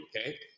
Okay